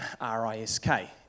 R-I-S-K